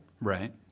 Right